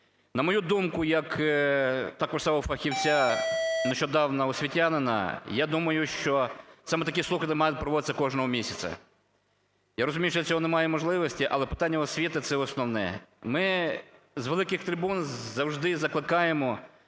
На мою думку, як такого ж самого фахівця, нещодавно освітянина, я думаю, що саме такі слухання мають проводитися кожного місяця. Я розумію, що для цього немає можливості, але питання освіти – це основне. Ми з великих трибун завжди закликаємо